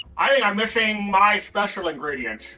i'm missing my special ingredients.